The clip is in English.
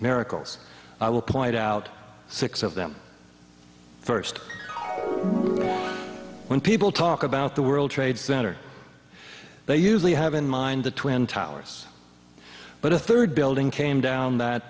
miracles i will point out six of them first when people talk about the world trade center they usually have in mind the twin towers but a third building came down that